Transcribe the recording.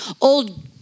old